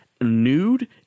nude